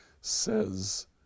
says